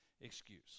excuse